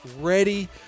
ready